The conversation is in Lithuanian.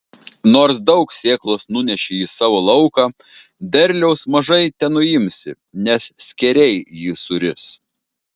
nors daug sėklos nuneši į savo lauką derliaus mažai tenuimsi nes skėriai jį suris